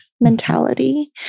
mentality